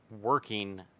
working